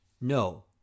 No